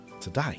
today